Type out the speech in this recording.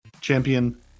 champion